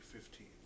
Fifteen